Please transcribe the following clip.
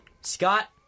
Scott